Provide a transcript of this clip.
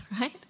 right